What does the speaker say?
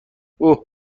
اوه